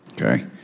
Okay